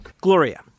Gloria